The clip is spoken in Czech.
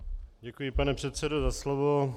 Děkuji, pane předsedo, za slovo.